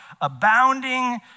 abounding